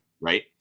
right